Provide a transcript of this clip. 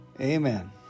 Amen